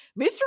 Mr